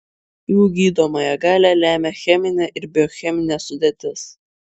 jų gydomąją galią lemia cheminė ir biocheminė sudėtis